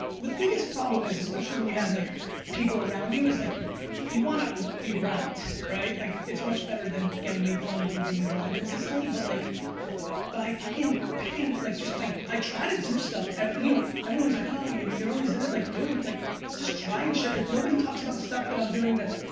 the biggest problem is, especially when you have like people around you, is like you want to be right, right? like it's much better than getting made fun of for being wrong consistently. but like by fuckin' picking like just by. i try to do stuff every you know everyone's like, oh you you're always in it doing like just trying and shit. like nobody talks about the stuff that i'm doing that,